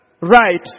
right